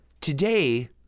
Today